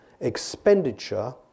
expenditure